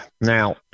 Now